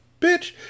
Bitch